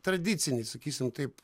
tradicinį sakysim taip